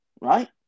Right